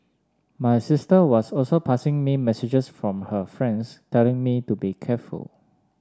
my sister was also passing me messages from her friends telling me to be careful